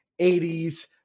80s